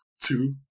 two